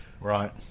Right